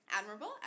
Admirable